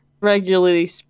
regularly